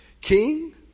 king